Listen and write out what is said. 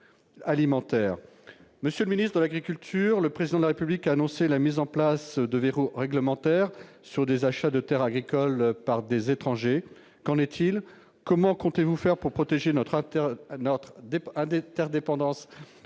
Monsieur le ministre d'État, le Président de la République a annoncé la mise en place de « verrous réglementaires » sur les achats de terres agricoles par des étrangers. Qu'en est-il ? Comment comptez-vous faire pour protéger notre indépendance